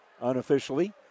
unofficially